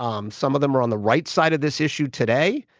um some of them are on the right side of this issue today.